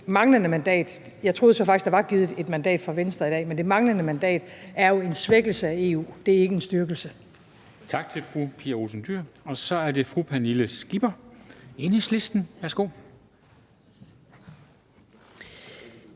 faktisk, at der var givet et mandat fra Venstre i dag – jo er en svækkelse af EU, det er ikke en styrkelse.